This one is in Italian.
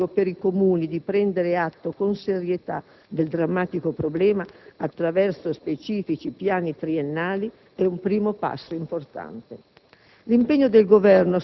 Già la scelta dell'obbligo per i Comuni di prendere atto con serietà del drammatico problema attraverso specifici piani triennali è un primo passo importante.